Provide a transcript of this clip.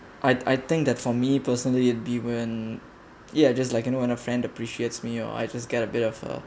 I I think that for me personally it'll be when it just like you know when a friend appreciates me or I just get a bit of a